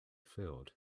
field